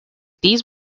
these